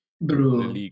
Bro